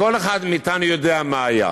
כל אחד מאתנו יודע מה היה,